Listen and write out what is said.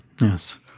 Yes